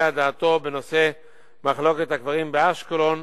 את דעתו בנושא מחלוקת הקברים באשקלון,